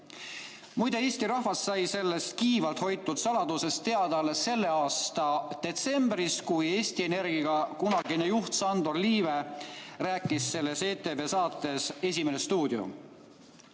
Muide, Eesti rahvas sai sellest kiivalt hoitud saladusest teada alles selle aasta detsembris, kui Eesti Energia kunagine juht Sandor Liive rääkis sellest ETV saates "Esimene stuudio".